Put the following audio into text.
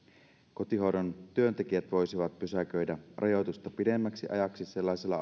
kotihoidon työntekijät voisivat pysäköidä rajoitusta pidemmäksi ajaksi sellaisilla